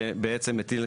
שבעצם מטיל,